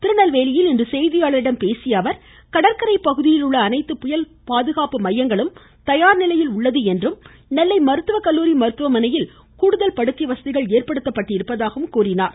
திருநெல்வேலியில் இன்று செய்தியாளர்களிடம் பேசிய அவர் கடற்கரை பகுதியில் உள்ள அனைத்து புயல் பாதுகாப்பு மையங்களும் தயார் நிலையில் உள்ளது என்றும் நெல்லை மருத்துவக்கல்லூரி மருத்துவனையில் கூடுதல் படுக்கை வசதி ஏற்படுத்தப்பட்டுள்ளதாக கூறினார்